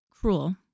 cruel